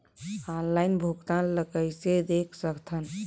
Online भुगतान ल कइसे देख सकथन?